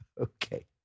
Okay